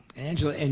angela, and